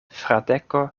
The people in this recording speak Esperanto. fradeko